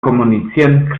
kommunizieren